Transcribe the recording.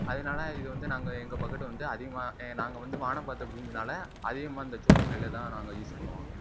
அதனால இது வந்து நாங்கள் எங்கள் பக்கட்டு வந்து அதிகமாக நாங்கள் வந்து வானம் பார்த்த பூமினால் அதிகமாக இந்த ஜோதி நெல்லைதான் நாங்கள் யூஸ் பண்ணுவோம்